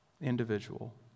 individual